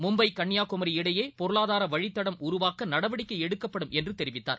மும்பை கன்னியாகுமரி இடையேபொருளாதாரவழித்தடம் உருவாக்கநடவடிக்கைஎடுக்கப்படும் என்றுதெரிவித்தார்